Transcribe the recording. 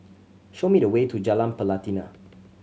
show me the way to Jalan Pelatina